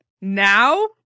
Now